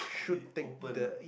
be open ah